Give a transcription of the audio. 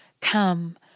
come